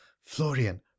florian